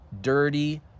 Dirty